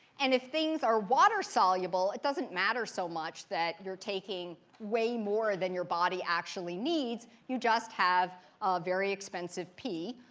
and if things are water soluble, it doesn't matter so much that you're taking way more than your body actually needs. you just have a very expensive pee.